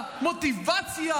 את המוטיבציה,